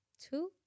two